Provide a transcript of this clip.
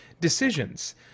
decisions